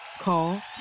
Call